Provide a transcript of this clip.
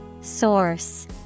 Source